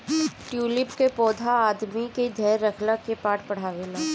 tulip के पौधा आदमी के धैर्य रखला के पाठ पढ़ावेला